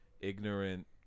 ignorant